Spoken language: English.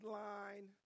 line